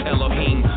Elohim